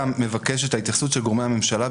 כשאתה מבקש את ההתייחסות של גורמי הממשלה,